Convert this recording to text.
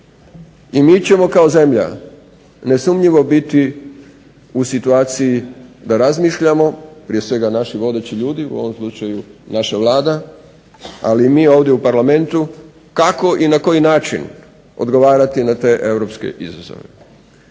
I mi ćemo kao zemlja nesumnjivo biti u situaciji da razmišljamo, prije svega naši vodeći ljudi u ovom slučaju naša Vlada, ali i mi ovdje u Parlamentu, kako i na koji način odgovarati na te europske izazove.